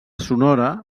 sonora